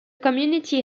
community